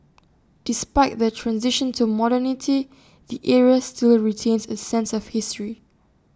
despite the transition to modernity the area still retains A sense of history